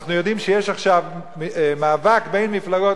אנחנו יודעים שיש עכשיו מאבק בין מפלגות,